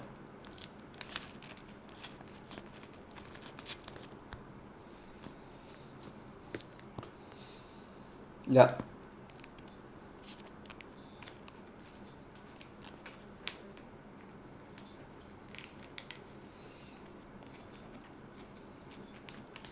yup